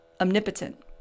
omnipotent